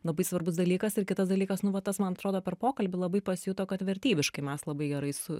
labai svarbus dalykas ir kitas dalykas nu va tas man atrodo per pokalbį labai pasijuto kad vertybiškai mes labai gerai su